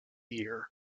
year